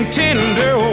tender